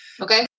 okay